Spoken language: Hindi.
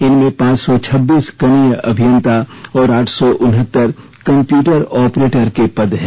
इनमें पांच सौ छब्बीस कनीय अभियंता और आठ सौ उनहत्तर कंप्यूटर ऑपरेटर के पद हैं